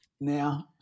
now